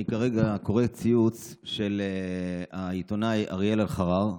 אני כרגע קורא ציוץ של העיתונאי אריאל אלחרר: